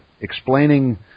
explaining